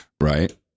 Right